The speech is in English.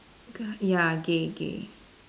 ya gay gay